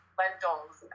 lentils